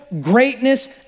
greatness